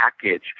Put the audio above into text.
package